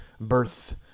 birth